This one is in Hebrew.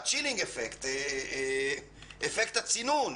אפקט מצנן